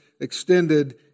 extended